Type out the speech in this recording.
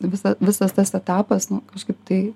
visą visas tas etapas nu kažkaip tai